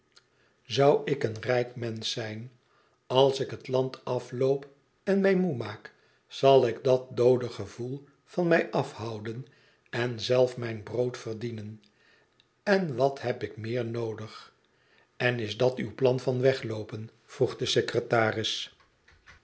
zou ik een rijk mensch zijn als ik het land afloop en mij moe maak zal ik dat doode gevoel van mij afhouden en zelfmijn brood verdienen n wat heb ik meer noodig n is dat uw plan van wegloopen v vroeg de secretaris